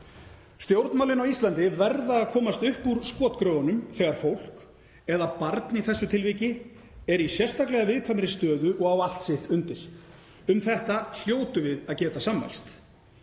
Stjórnmálin á Íslandi verða að komast upp úr skotgröfunum þegar fólk, eða barn í þessu tilviki, er í sérstaklega viðkvæmri stöðu og á allt sitt undir. Um þetta hljótum við að geta sammælst.